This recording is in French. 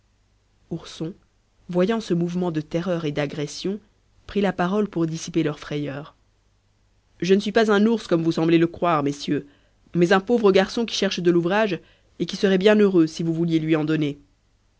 ourson voyant ce mouvement de terreur et d'agression prit la parole pour dissiper leur frayeur je ne suis pas un ours comme vous semblez le croire messieurs mais un pauvre garçon qui cherche de l'ouvrage et qui serait bien heureux si vous vouliez lui en donner